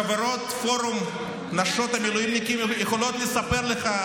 חברות פורום נשות המילואימניקים יכולות לספר לך,